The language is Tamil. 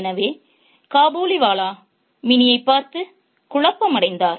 எனவே 'காபூலிவாலா மினியைப் பார்த்து குழப்பமடைந்தார்